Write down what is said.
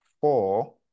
four